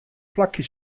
plakje